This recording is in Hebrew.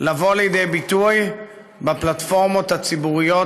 לבוא לידי ביטוי בפלטפורמות הציבוריות